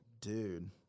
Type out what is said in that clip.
Dude